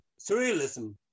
surrealism